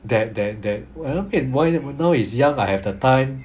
that that that you know why you never know now is young I have the time